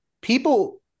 people